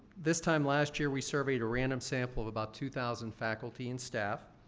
this time last year, we surveyed a random sample of about two thousand faculty and staff.